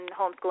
homeschooling